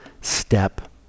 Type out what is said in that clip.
step